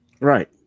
Right